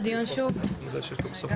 13:40.) ממתין כאן עורך דין גיא סרוסי,